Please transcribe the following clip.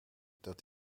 dat